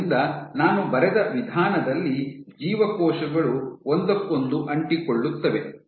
ಆದ್ದರಿಂದ ನಾನು ಬರೆದ ವಿಧಾನದಲ್ಲಿ ಜೀವಕೋಶಗಳು ಒಂದಕ್ಕೊಂದು ಅಂಟಿಕೊಳ್ಳುತ್ತವೆ